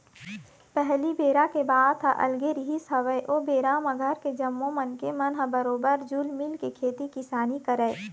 पहिली बेरा के बात ह अलगे रिहिस हवय ओ बेरा म घर के जम्मो मनखे मन ह बरोबर जुल मिलके खेती किसानी करय